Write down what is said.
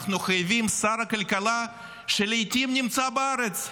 אנחנו חייבים שר כלכלה שלעיתים נמצא בארץ,